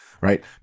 Right